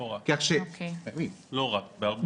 לא רק.